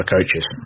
coaches